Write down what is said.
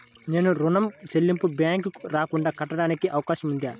నేను ఋణం చెల్లింపులు బ్యాంకుకి రాకుండా కట్టడానికి అవకాశం ఉందా?